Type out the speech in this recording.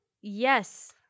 Yes